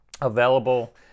available